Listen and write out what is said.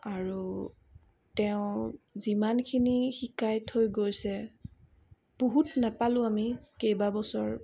আৰু তেওঁ যিমানখিনি শিকাই থৈ গৈছে বহুত নাপালোঁ আমি কেইবাবছৰ